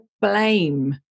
blame